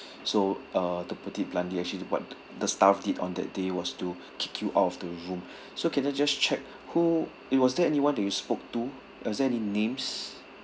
so uh to put it bluntly actually what the staff did on that day was to kick you out of the room so can I just check who it was there anyone do you spoke to was there any names